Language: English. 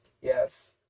yes